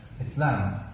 Islam